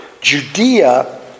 Judea